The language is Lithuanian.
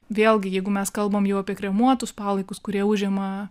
vėlgi jeigu mes kalbam apie kremuotus palaikus kurie užima